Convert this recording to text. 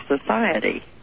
society